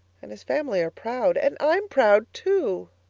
and his family are proud and i'm proud, too!